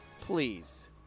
Please